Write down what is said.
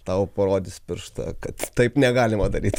tau parodys pirštą kad taip negalima daryt